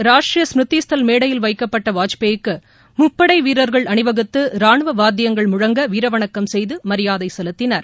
ராஷ்டிரிய ஸ்மிருதி ஸ்தல் மேடையில் வைக்கப்பட்ட வாஜ்பாய்க்கு முப்படை வீரர்கள் அணிவகுத்து ராணுவ வாத்தியங்கள் முழங்க வீர வணக்கம் செய்து மரியாதை செலுத்தினர்